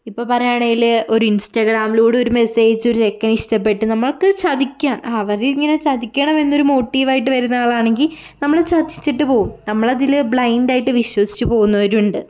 ഇപ്പം പറയുകയാണേൽ ഒരു ഇൻസ്റ്റാഗ്രാമിലൂടെ ഒരു മെസ്സേജ് ഒരു ചെക്കനെ ഇഷ്ടപ്പെട്ട് നമ്മളെയൊക്കെ ചതിക്കാൻ അവരിങ്ങനെ ചതിക്കണം എന്നൊരു മോട്ടീവായിട്ട് വരുന്ന ഒരാളാണെങ്കിൽ നമ്മളെ ചതിച്ചിട്ട് പോകും നമ്മൾ അതിൽ ബ്ലൈന്റായിട്ട് വിശ്വസിച്ച് പോകുന്നവരും ഉണ്ട്